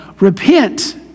repent